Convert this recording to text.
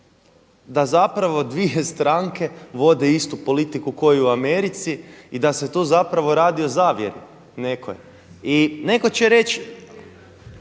da zapravo dvije stranke vode istu politiku kao i u Americi i da se tu zapravo radi o zavjeri nekoj. I netko će reći,